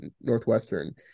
Northwestern